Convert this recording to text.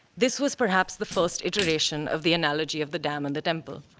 this was, perhaps, the first iteration of the analogy of the dam in the temple.